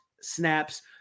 snaps